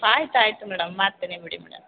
ಆಯ್ತು ಆಯ್ತು ಮೇಡಮ್ ಮಾಡ್ತೀನಿ ಬಿಡಿ ಮೇಡಮ್